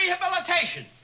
rehabilitation